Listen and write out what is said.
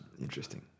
Interesting